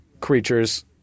creatures